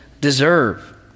deserve